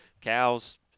cows